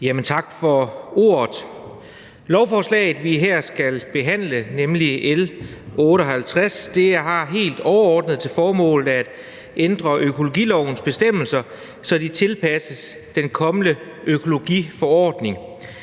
Tak for ordet. Lovforslaget, vi her skal behandle, nemlig L 58, har helt overordnet til formål at ændre økologilovens bestemmelser, så de tilpasses den kommende økologiforordning.